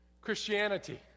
Christianity